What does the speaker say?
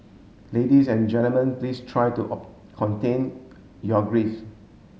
ladies and gentlemen please try to contain your grief